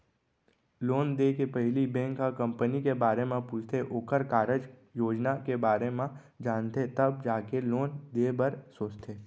loan देय के पहिली बेंक ह कंपनी के बारे म पूछथे ओखर कारज योजना के बारे म जानथे तब जाके लोन देय बर सोचथे